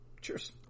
Cheers